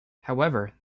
however